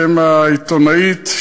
שם העיתונאית,